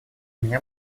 меня